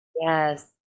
yes